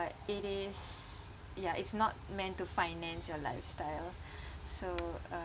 but it is ya it's not meant to finance your lifestyle so uh